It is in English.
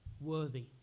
worthy